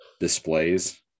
displays